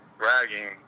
bragging